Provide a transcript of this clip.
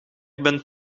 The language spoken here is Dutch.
bent